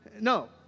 no